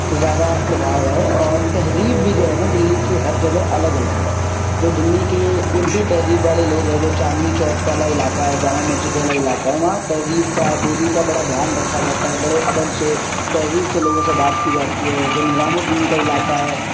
زیادہ پربھاؤ ہے اور تہذیب بھی جو ہے نا دلی کی ہر جگہ الگ الگ ہے جو دلی کے اردو تہذیب والے لوگ ہیں جو چاندنی چوک والا علاقہ ہے جامع مسجد والا علاقہ ہے وہاں تہذیب کا بولی کا بڑا دھیان رکھا جاتا ہے بڑے ادب سے تہذیب سے لوگوں سے بات کی جاتی ہے جو نظام الدین کا علاقہ ہے